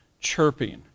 chirping